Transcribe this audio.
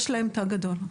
יש להם תא גדול.